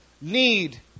need